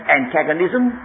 antagonism